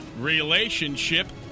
relationship